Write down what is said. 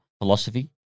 philosophy